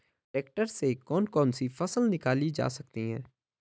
Tractor से कौन कौनसी फसल निकाली जा सकती हैं?